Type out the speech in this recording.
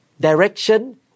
direction